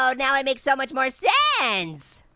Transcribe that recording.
so now it makes so much more sense.